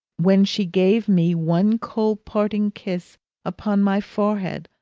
when she gave me one cold parting kiss upon my forehead,